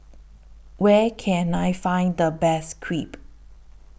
Where Can I Find The Best Crepe